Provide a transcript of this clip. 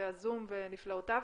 זה הזום ונפלאותיו.